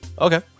Okay